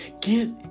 get